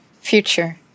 future